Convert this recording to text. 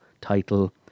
title